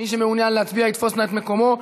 מי שמעוניין להצביע יתפוס נא את מקומו.